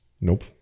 nope